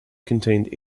contained